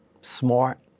smart